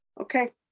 Okay